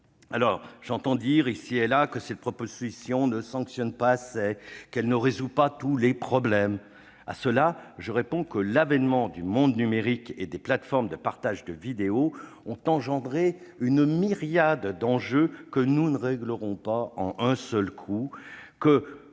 enfants. J'entends dire, ici et là, que cette proposition de loi ne sanctionne pas assez, qu'elle ne résout pas tous les problèmes. À cela, je réponds que l'avènement du monde numérique et des plateformes de partage de vidéos a engendré une myriade de problèmes que nous ne réglerons pas d'un seul coup, que